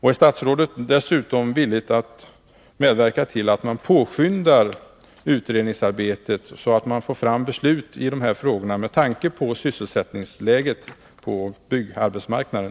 Är statsrådet dessutom villig att medverka till att man påskyndar utredningsarbetet, så att man får fram beslut i dessa frågor, med tanke på sysselsättningsläget på byggarbetsmarknaden?